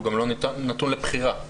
הוא גם לא משהו שנתון לבחירה.